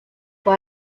fue